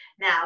now